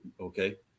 Okay